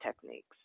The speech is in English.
techniques